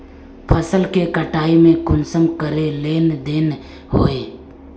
फसल के कटाई में कुंसम करे लेन देन होए?